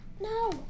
No